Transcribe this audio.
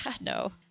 no